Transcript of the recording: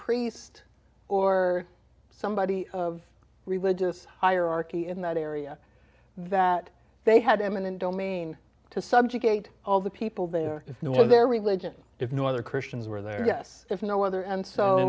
priest or somebody of religious hierarchy in that area that they had eminent domain to subjugate all the people there is no their religion if no other christians were there yes if no other and so